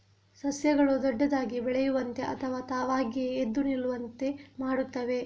ಸಸ್ಯಗಳು ದೊಡ್ಡದಾಗಿ ಬೆಳೆಯುವಂತೆ ಅಥವಾ ತಾವಾಗಿಯೇ ಎದ್ದು ನಿಲ್ಲುವಂತೆ ಮಾಡುತ್ತವೆ